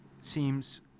seems